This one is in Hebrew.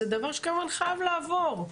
זה דבר שכמובן חייב לעבור.